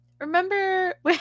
Remember